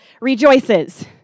rejoices